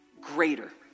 greater